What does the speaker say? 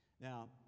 Now